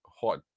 Hot